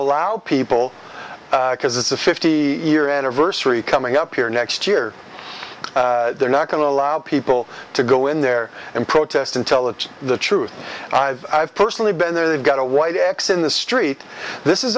allow people because it's a fifty year anniversary coming up here next year they're not going to allow people to go in there and protest intelligence the truth i've personally been there they've got a white x in the street this is